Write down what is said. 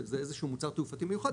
שזה איזשהו מוצר תעופתי מיוחד,